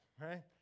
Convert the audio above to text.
right